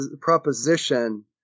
proposition